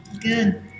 Good